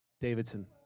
Davidson